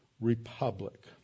Republic